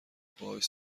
پاهاش